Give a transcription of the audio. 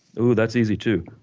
oh that's easy too.